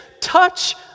touch